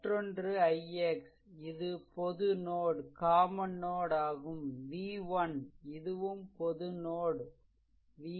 மற்றொன்று ix இது பொது நோட் ஆகும் v1 இதுவும் பொது நோட் v3